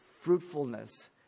fruitfulness